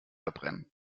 verbrennen